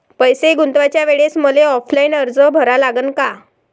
पैसे गुंतवाच्या वेळेसं मले ऑफलाईन अर्ज भरा लागन का?